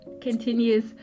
continues